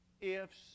ifs